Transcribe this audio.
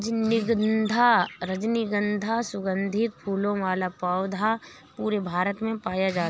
रजनीगन्धा सुगन्धित फूलों वाला पौधा पूरे भारत में पाया जाता है